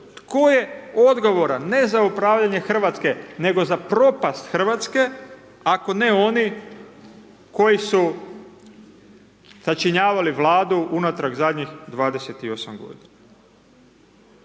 Tko je odgovoran, ne za upravljanje Hrvatske, nego za propast Hrvatske, ako ne oni koji su sačinjavali Vladu unatrag zadnjih 28 godina?